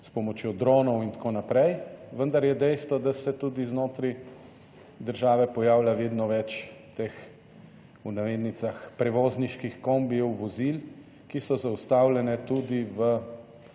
s pomočjo dronov in tako naprej, vendar je dejstvo, da se tudi znotraj države pojavlja vedno več teh, v navednicah, prevozniških kombijev, vozil, ki so zaustavljene tudi v,